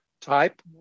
type